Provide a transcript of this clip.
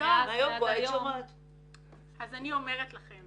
אני אומרת לכם